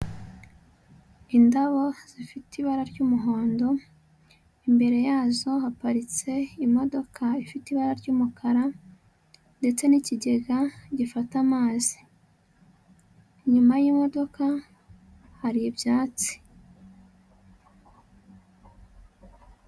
Indabo zifite ibara ry'umuhondo, imbere yazo haparitse imodoka ifite ibara ry'umukara ndetse n'ikigega gifata amazi. Inyuma y'imodoka hari ibyatsi.